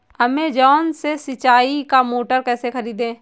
Amazon से सिंचाई का मोटर कैसे खरीदें?